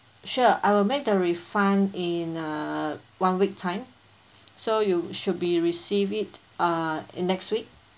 sure I will make the refund in uh one week time so you should be receive it uh in next week